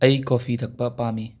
ꯑꯩ ꯀꯣꯐꯤ ꯊꯛꯄ ꯄꯥꯝꯃꯤ